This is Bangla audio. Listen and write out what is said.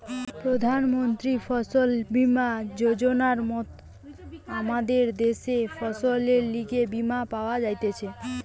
প্রধান মন্ত্রী ফসল বীমা যোজনার মত আমদের দ্যাশে ফসলের লিগে বীমা পাওয়া যাইতেছে